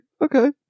okay